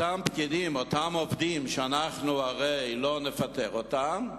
אותם פקידים, שהרי אנחנו לא נפטר אותם,